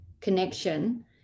connection